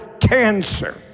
cancer